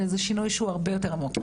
אלא זה שינוי שהוא הרבה יותר עמוק.